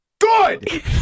Good